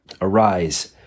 Arise